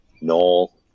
Noel